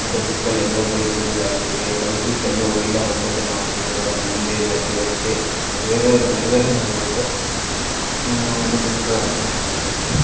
ಮತ್ತೆ ಟ್ರಿಪ್ಪಲ್ಲಿ ಎಂದಾದರೂ ಬೈಕ್ ಫೇಲ್ಯೂರ್ ಆಗಿದೆಯೇ ಬೈಕ್ ಟ್ರಿಪ್ ಎಂದೂ ಹೋಗಿಲ್ಲ ಹೋಗಬೇಕೆನ್ನೋ ಆಸೆ ಇದೆ ಅದು ಮುಂದೆ ನೆರವೇರುತ್ತೆ ನೆರವೇರೇ ನೆರವೇರೇ ನೆರವೇರುತ್ತೆ ಅದು ಬಿಟ್ಟರೆ ಮತ್ತೆ ಅಷ್ಟೆ